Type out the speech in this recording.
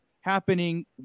happening